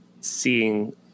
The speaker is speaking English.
seeing